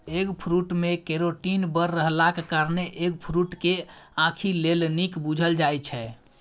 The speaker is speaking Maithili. एगफ्रुट मे केरोटीन बड़ रहलाक कारणेँ एगफ्रुट केँ आंखि लेल नीक बुझल जाइ छै